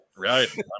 Right